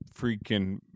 freaking